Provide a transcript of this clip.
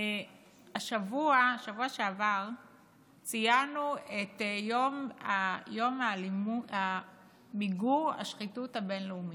בשבוע שעבר ציינו את יום מיגור השחיתות הבין-לאומית.